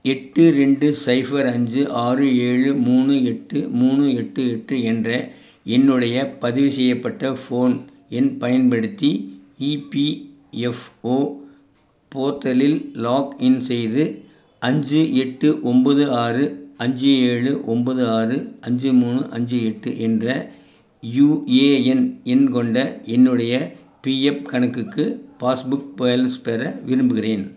எட்டு ரெண்டு ஸைஃபர் அஞ்சு ஆறு ஏழு மூணு எட்டு மூணு எட்டு எட்டு என்ற என்னுடைய பதிவு செய்யப்பட்ட ஃபோன் எண் பயன்படுத்தி இபிஎஃப்ஓ போர்ட்டலில் லாக்இன் செய்து அஞ்சு எட்டு ஒன்போது ஆறு அஞ்சு ஏழு ஒன்போது ஆறு அஞ்சு மூணு அஞ்சு எட்டு என்ற யுஏஎன் எண் கொண்ட என்னுடைய பிஎஃப் கணக்குக்கு பாஸ்புக் பேலன்ஸ் பெற விரும்புகிறேன்